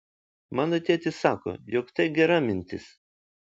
mano tėtis sako jog tai gera mintis